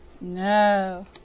No